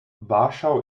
warschau